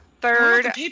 Third